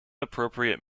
appropriate